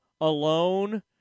alone –